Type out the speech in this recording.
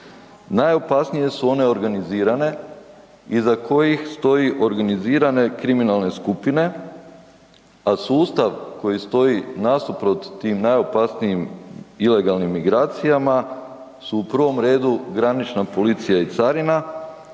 najopasnije su one organizirane iza kojih stoje organizirane kriminalne skupine, a sustav koji stoji nasuprot tim najopasnijim ilegalnim migracijama su u prvom redu granična policija i carina